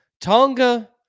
Tonga